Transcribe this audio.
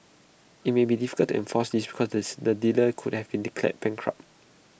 IT may be difficult to enforce this because this the dealer could have been declared bankrupt